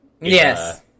Yes